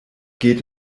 geht